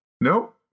Nope